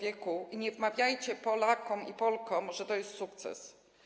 I nie wmawiajcie Polakom i Polkom, że to jest sukces.